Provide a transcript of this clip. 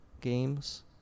games